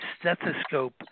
stethoscope